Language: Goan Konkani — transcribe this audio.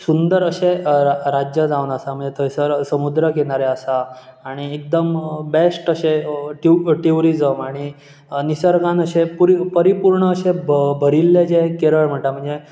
सुंदर अशें रा राज्य जावन आसा म्हणजे थंयसर समुद्र किनारे आसा आनी एकदम बेश्ट अशें ट्यूब ट्युरिजम आनी निसर्गान अशें पुरी परिपूर्ण अशें भ भरिल्लें जें केरळ म्हणटा म्हणजे